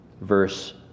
verse